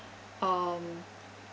um